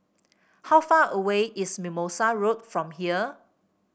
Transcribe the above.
how far away is Mimosa Road from here